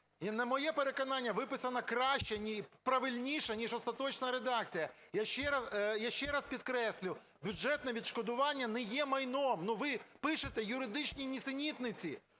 на моє переконання, виписана краще, правильніше ніж остаточна редакція. Я ще раз підкреслюю, бюджетне відшкодування не є майном, ви пишете юридичні нісенітниці.